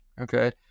okay